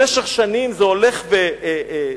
במשך שנים זה הולך וצובר